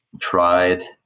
tried